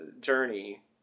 journey